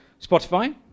Spotify